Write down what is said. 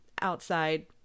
outside